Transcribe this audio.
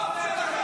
לא נכון.